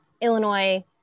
Illinois